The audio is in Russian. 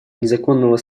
незаконного